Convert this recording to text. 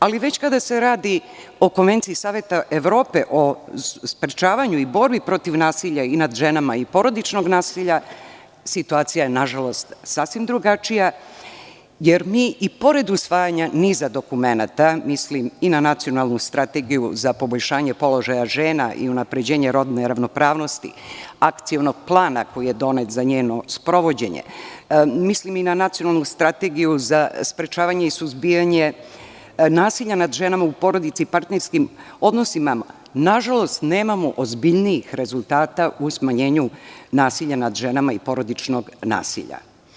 Ali, već kada se radi o Konvenciji Saveta Evrope o sprečavanju i borbi protiv nasilja i nad ženama i porodičnog nasilja, situacija je nažalost sasvim drugačija, jer mi i pored usvajanja niza dokumenata, mislim i na Nacionalnu strategiju za poboljšanje položaja žena i unapređenje rodne ravnopravnosti, Akcionog plana koji je donet za njeno sprovođenje, mislim i na Nacionalnu strategiju za sprečavanje i suzbijanje nasilja nad ženama u porodici i partnerskim odnosima, nažalost nemamo ozbiljnijih rezultata u smanjenju nasilja nad ženama i porodičnog nasilja.